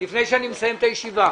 לפני שאני מסיים אתה ישיבה,